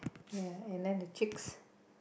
ya and then the chicks